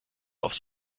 auf